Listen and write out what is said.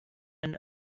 and